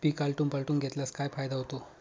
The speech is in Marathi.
पीक आलटून पालटून घेतल्यास काय फायदा होतो?